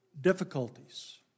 difficulties